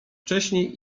wcześniej